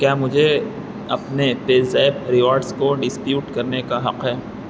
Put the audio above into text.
کیا مجھے اپنے پے زیپ ریوارڈس کو ڈسپیوٹ کرنے کا حق ہے